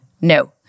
no